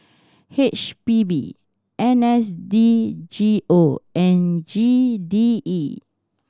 H P B N S D G O and G D E